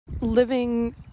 Living